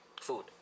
food